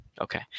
okay